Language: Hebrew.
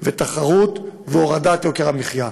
תחרות והורדת יוקר המחיה.